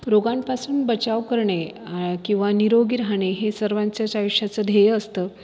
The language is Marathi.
रोगांपासून बचाव करणे किंवा निरोगी राहणे हे सर्वांच्याच आयुष्याचं ध्येय असतं